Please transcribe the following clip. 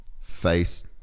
face